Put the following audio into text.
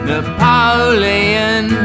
Napoleon